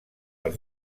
els